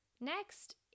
Next